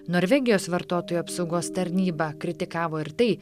norvegijos vartotojų apsaugos tarnyba kritikavo ir tai